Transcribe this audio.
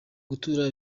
gutura